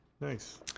Nice